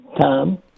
Tom